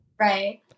Right